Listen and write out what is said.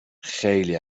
خیلی